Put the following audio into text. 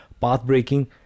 path-breaking